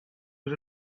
was